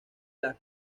las